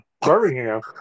Birmingham